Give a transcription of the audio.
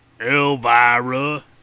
Elvira